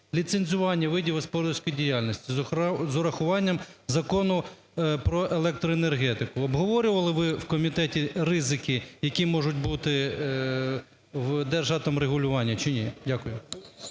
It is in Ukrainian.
ліцензування видів господарської діяльності" з урахуванням Закону "Про електроенергетику". Обговорювали ви в комітеті ризики, які можуть бути в "Держатомрегулювання", чи ні? Дякую.